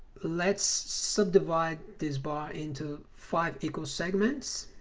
let's subdivide this bar into five equal segments